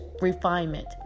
refinement